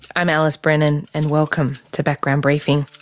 i'm alice brennan and welcome to background briefing.